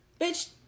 bitch